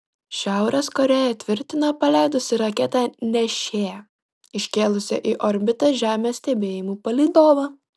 šiaurės korėja tvirtina paleidusi raketą nešėją iškėlusią į orbitą žemės stebėjimų palydovą